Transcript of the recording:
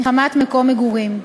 שנחקרים יודו בפשעים או בדברים שהם לא